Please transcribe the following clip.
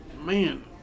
man